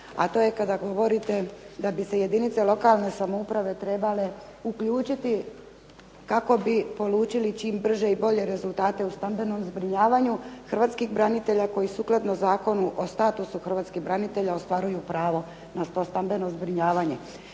a to je kada govorite da bi se jedinice lokalne samouprave trebale uključiti kako bi polučili čim brže i bolje rezultate u stambenom zbrinjavanju hrvatskih branitelja koji sukladno Zakonu o statusu hrvatskih branitelja ostvaruju pravo na to stambeno zbrinjavanje.